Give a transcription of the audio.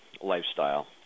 lifestyle